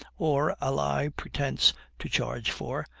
or ally pretense to charge for,